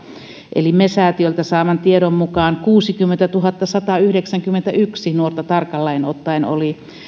eli me säätiöltä saamani tiedon mukaan kuusikymmentätuhattasatayhdeksänkymmentäyksi nuorta tarkalleen ottaen oli